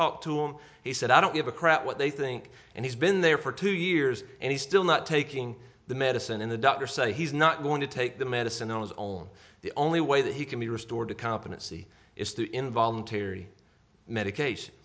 talk to him he said i don't give a crap what they think and he's been there for two years and he's still not taking the medicine and the doctor said he's not going to take the medicine i was on the only way that he can be restored to competency is to involuntary medication